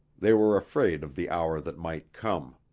they were afraid of the hour that might come.